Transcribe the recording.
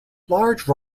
large